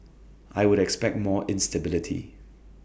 I would expect more instability